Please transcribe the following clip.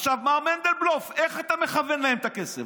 עכשיו, מר מנדלבלוף, איך אתה מכוון להם את הכסף?